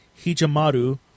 Hijamaru